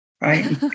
Right